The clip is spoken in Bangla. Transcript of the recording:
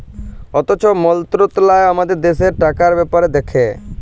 অথ্থ মলত্রলালয় আমাদের দ্যাশের টাকার ব্যাপার দ্যাখে